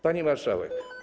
Pani Marszałek!